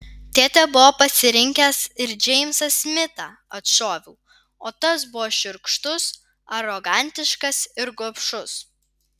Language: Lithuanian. tėtė buvo pasirinkęs ir džeimsą smitą atšoviau o tas buvo šiurkštus arogantiškas ir gobšus